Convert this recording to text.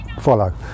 follow